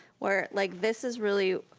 where like this is really